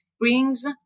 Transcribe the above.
brings